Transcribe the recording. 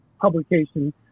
publication